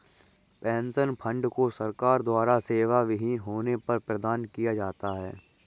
pension fund को सरकार द्वारा सेवाविहीन होने पर प्रदान किया जाता है